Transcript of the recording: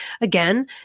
Again